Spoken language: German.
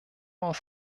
aus